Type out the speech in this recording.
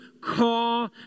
call